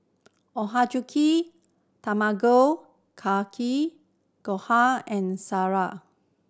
Ochazuke Tamago Kake Gohan and